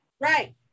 Right